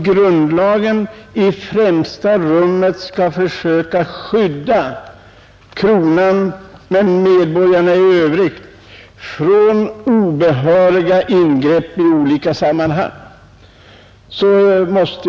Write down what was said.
Grundlagen är i främsta rummet till för att skydda kronan och därmed medborgarna i övrigt från obehöriga ingrepp i olika sammanhang.